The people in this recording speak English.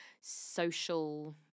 social